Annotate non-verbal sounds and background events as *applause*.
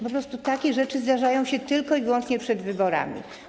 Po prostu takie rzeczy *applause* zdarzają się tylko i wyłącznie przed wyborami.